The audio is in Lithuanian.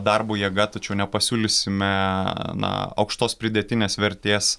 darbo jėga tačiau nepasiūlysime na aukštos pridėtinės vertės